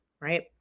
right